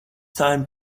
time